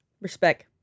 Respect